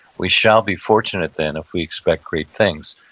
we shall be fortunate then if we expect great things.